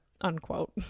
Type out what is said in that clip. unquote